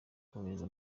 kohereza